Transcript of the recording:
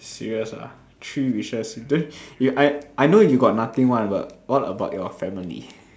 serious ah three wishes then I I know you got nothing one but what about your family